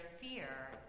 fear